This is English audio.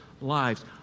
lives